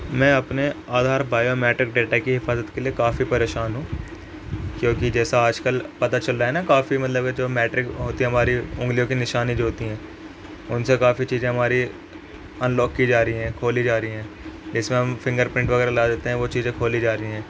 میں اپنے Aadhaar biometric data کی حفاظت کے لیے کافی پریشان ہوں کیوںکہ جیسا آج کل پتا چل رہا ہے نا کافی مطلب یہ جو میٹرک ہوتی ہے ہماری انگلیوں کے نشانیں جو ہوتی ہیں ان سے کافی چیزیں ہماری ان لاک کی جا رہی ہیں کھولی جا ری ہیں جس میں ہم فنگر پرنٹ وغیرہ لگا دیتے ہیں وہ چیزیں کھولی جا رہی ہیں